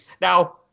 Now